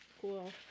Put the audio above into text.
Cool